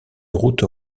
route